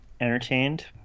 entertained